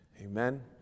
Amen